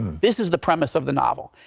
this is the premise of the novel.